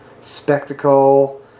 spectacle